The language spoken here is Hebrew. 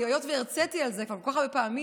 כי היות שכבר הרציתי על זה כל כך הרבה פעמים,